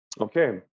okay